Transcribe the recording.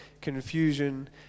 confusion